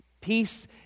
Peace